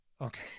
Okay